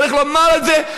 צריך לומר את זה.